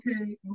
Okay